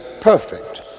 perfect